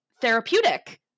therapeutic